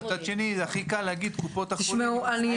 אבל מצד שני הכי קל להגיד קופות החולים --- אני